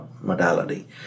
modality